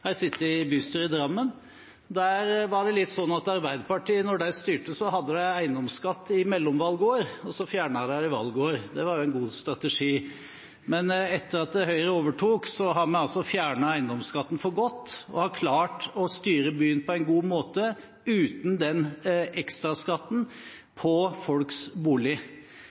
jeg sittet i bystyret i Drammen. Der var det litt slik da Arbeiderpartiet styrte, at man hadde eiendomsskatt i mellomvalgår, og så fjernet de den i valgår. Det var en god strategi. Men etter at Høyre overtok, har vi altså fjernet eiendomsskatten for godt og har klart å styre byen på en god måte uten den ekstraskatten på folks bolig.